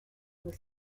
was